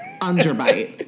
Underbite